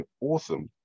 awesome